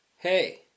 Hey